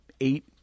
eight